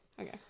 Okay